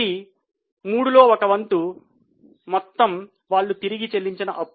ఇది మూడు లో ఒక వంతు మొత్తము వాళ్లు తిరిగి చెల్లించిన అప్పు